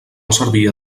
servia